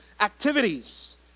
activities